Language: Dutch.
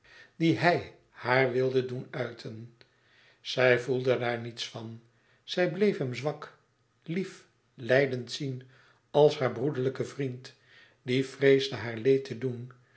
die hij haar wilde doen uiten zij voelde daar niets van zij bleef hem zwak lief lijdend zien als haar broederlijke vriend die vreesde haar leed te doen